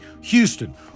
Houston